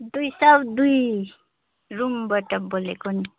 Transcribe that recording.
दुई सौ दुई रुमबाट बोलेको नि